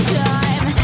time